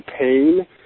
pain